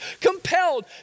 compelled